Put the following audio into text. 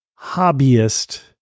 hobbyist